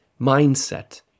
mindset